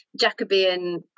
jacobean